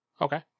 Okay